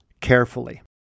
carefully